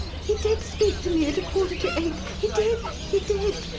he did speak to me at a quarter to eight he did, he did!